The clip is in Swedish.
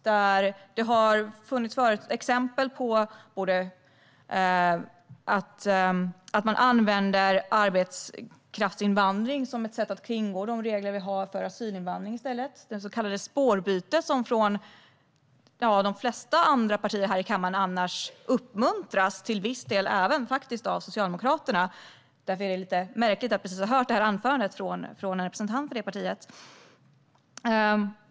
Det har funnits exempel på att man använder arbetskraftsinvandring som ett sätt att kringgå de regler vi har för asylinvandring, det så kallade spårbytet, något som annars uppmuntras av de flesta andra partier här i kammaren och till viss del faktiskt även av Socialdemokraterna. Därför är det lite märkligt att precis ha hört det här anförandet från en representant från det partiet.